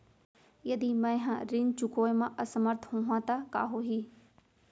यदि मैं ह ऋण चुकोय म असमर्थ होहा त का होही?